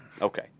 Okay